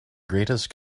greatest